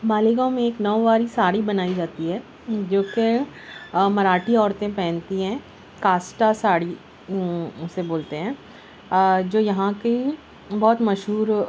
مالیگاؤں میں ایک نوواری ساڑی بنائی جاتی ہے جو کہ مراٹھی عورتیں پہنتی ہیں کاشٹا ساڑی اسے بولتے ہیں اور جو یہاں کے بہت مشہور